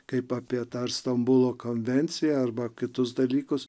kaip apie tą ir stambulo konvenciją arba kitus dalykus